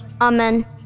Amen